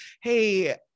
Hey